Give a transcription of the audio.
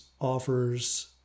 offers